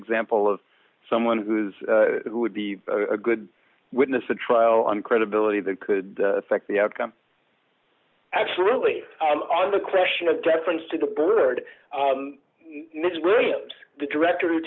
example of someone who's who would be a good witness a trial on credibility that could affect the outcome absolutely on the question of deference to the bird the director who